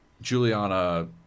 Juliana